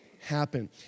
happen